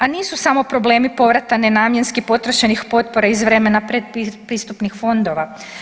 A nisu samo problemi povrata nenamjenski potrošenih potpora iz vremena pretpristupnih fondova.